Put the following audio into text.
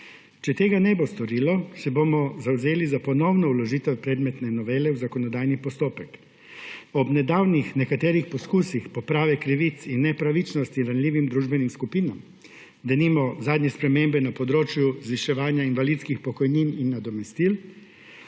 Če tega ne bo storilo, se bomo zavzeli za ponovno vložitev predmetne novele v zakonodajni postopek. Ob nedavnih nekaterih poskusih poprave krivic in nepravičnosti ranljivim družbenim skupinam, denimo zadnje spremembe na področju zviševanja invalidskih pokojnin in nadomestil,